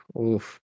Oof